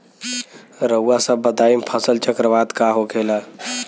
रउआ सभ बताई फसल चक्रवात का होखेला?